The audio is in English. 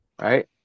Right